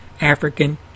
African